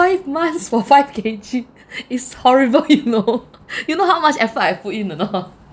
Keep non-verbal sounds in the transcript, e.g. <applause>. five months for five K_G <laughs> it's horrible you know <laughs> you know how much effort I put in or not